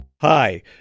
Hi